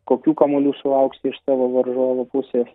kokių kamuolių sulauksi iš savo varžovo pusės